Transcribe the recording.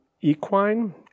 equine